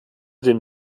den